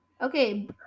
Okay